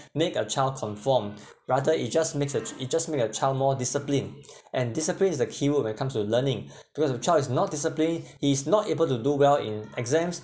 make a child conformed rather it just makes a it just make a child more discipline and discipline is the keyword when it comes to learning because if the child is not discipline he is not able to do well in exams